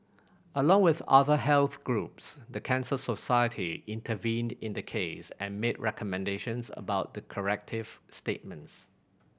along with other health groups the Cancer Society intervened in the case and made recommendations about the corrective statements